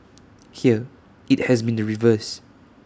here IT has been the reverse